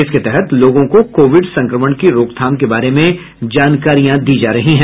इसके तहत लोगों को कोविड संक्रमण की रोकथाम के बारे में जानकारियां दी जा रही है